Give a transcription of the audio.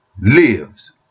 lives